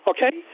Okay